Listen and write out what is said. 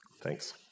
Thanks